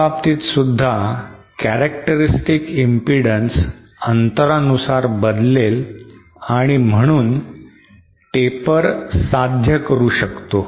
याबाबतीतसुद्धा characteristic impedance अंतरानुसार बदलेल आणि म्हणून taper साध्य करू शकतो